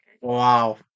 Wow